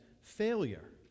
failure